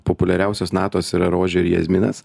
populiariausios natos yra rožė iri jazminas